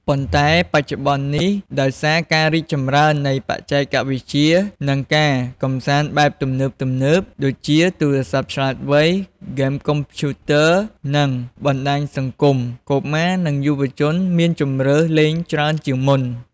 ប៉ុន្តែបច្ចុប្បន្ននេះ ដោយសារការរីកចម្រើននៃបច្ចេកវិទ្យា និងការកម្សាន្តបែបទំនើបៗ ដូចជាទូរស័ព្ទឆ្លាតវៃ ហ្គេមកុំព្យូទ័រ និងបណ្តាញសង្គម កុមារ និងយុវជនមានជម្រើសលេងច្រើនជាងមុន។